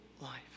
life